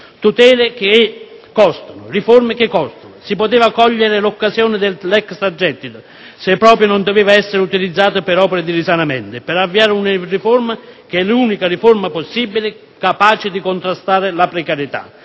tutele che costano, riforme che costano. Si poteva cogliere l'occasione dell'extragettito, se proprio non doveva essere utilizzato per opere di risanamento, per avviare una riforma che è l'unica possibile capace di contrastare la precarietà,